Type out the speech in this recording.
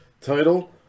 title